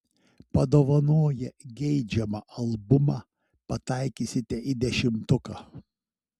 padovanoję geidžiamą albumą pataikysite į dešimtuką